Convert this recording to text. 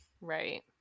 right